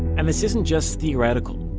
and this isn't just theoretical.